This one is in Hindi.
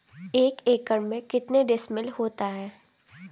एक एकड़ में कितने डिसमिल होता है?